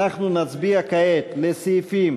אנחנו נצביע כאן על סעיפים